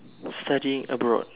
studying abroad